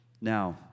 Now